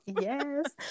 yes